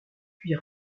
puis